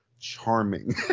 charming